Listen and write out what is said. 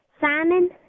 Simon